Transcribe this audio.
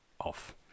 off